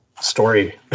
story